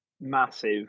massive